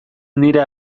nire